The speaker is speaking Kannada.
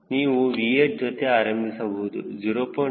ನೀವು VH ಜೊತೆ ಆರಂಭಿಸಬಹುದು 0